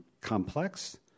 complex